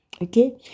Okay